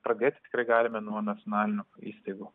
pradėti tikrai galime nuo nacionalinių įstaigų